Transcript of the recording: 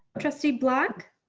trustee black.